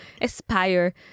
aspire